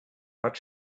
but